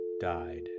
died